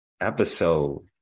Episode